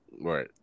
Right